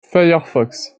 firefox